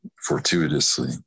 fortuitously